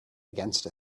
against